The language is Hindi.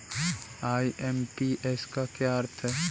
आई.एम.पी.एस का क्या अर्थ है?